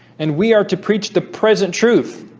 and we are to preach the present truth